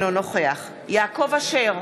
אינו נוכח יעקב אשר,